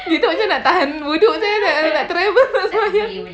habis tu macam mana nak tahan wuduk sia nak travel